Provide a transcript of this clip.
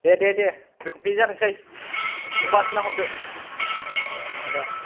दे दे दे बेनो जाथोंसै गंबा सोना हरदो दे